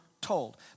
told